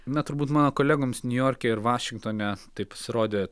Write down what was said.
na turbūt mano kolegoms niujorke ir vašingtone tai pasirodė